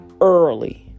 Early